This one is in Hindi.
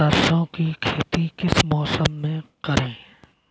सरसों की खेती किस मौसम में करें?